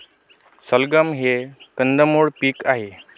सलगम हे कंदमुळ पीक आहे